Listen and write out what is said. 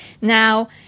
Now